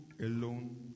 alone